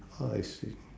oh I see